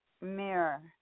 mirror